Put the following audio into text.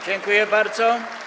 Dziękuję bardzo.